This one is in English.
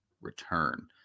return